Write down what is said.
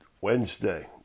Wednesday